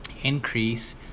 increase